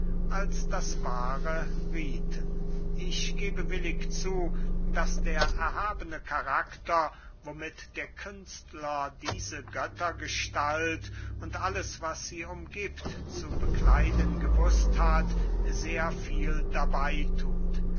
als das wahre riethen ich gebe willig zu daß der erhabene karakter womit der künstler diese göttergestalt und alles was sie umgiebt zu bekleiden gewußt hat sehr viel dabey thut